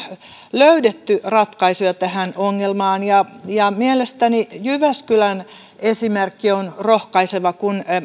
löydetty ratkaisuja tähän ongelmaan ja ja mielestäni jyväskylän esimerkki on rohkaiseva